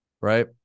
right